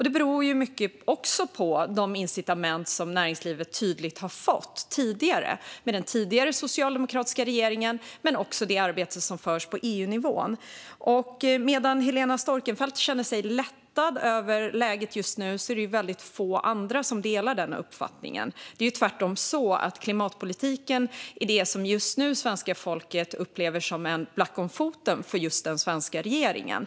Det beror mycket på de incitament som näringslivet tydligt har fått med den tidigare socialdemokratiska regeringen men också på det arbete som förs på EU-nivå. Helena Storckenfeldt känner sig lättad över läget just nu, men det är en känsla som väldigt få delar. Det är tvärtom klimatpolitiken som svenska folket just nu upplever som en black om foten för den svenska regeringen.